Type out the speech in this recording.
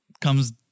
comes